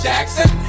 Jackson